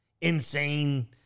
insane